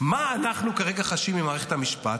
מה אנחנו כרגע חשים ממערכת המשפט?